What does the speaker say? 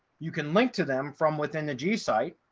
you can link to them from within the g site.